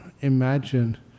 imagine